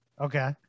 okay